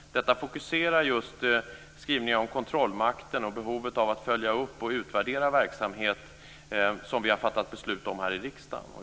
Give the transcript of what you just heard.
Detta fokuserar just skrivningen om kontrollmakten och behovet av att följa upp och utvärdera verksamhet som vi har fattat beslut om här i riksdagen.